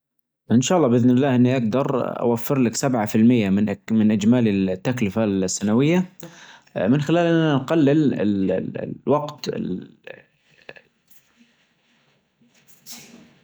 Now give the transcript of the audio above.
والله، السؤال محير لكن بشكل عام، الجنازة أصعب، لأن ما فيها فرصة تعيش اللحظة أو تشوف الناس اللي تحبهم. في حفل الزفاف، رغم أنه يهمك وجود الناس، تجدر بعد تعيش وتستمتع بالفرحة وتعيد المحاولة في المستقبل لكن الجنازة ما فيها رجعة، يعني غياب الناس يكون له أثر أعمق وأقوى.